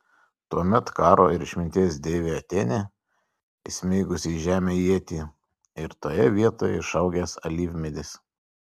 tuomet karo ir išminties deivė atėnė įsmeigusi į žemę ietį ir toje vietoje išaugęs alyvmedis